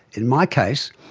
in my case,